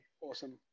awesome